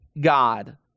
God